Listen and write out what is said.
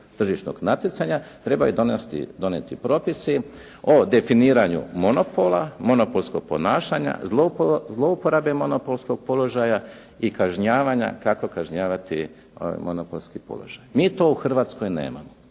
tržišnog natjecanja trebaju donijeti propisi o definiranju monopola, monopolskog ponašanja, zlouporabe monopolskog položaja i kažnjavanja kako kažnjavati monopolski položaj. Mi to u Hrvatskoj nemamo.